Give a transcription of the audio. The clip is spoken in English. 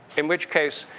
in which case,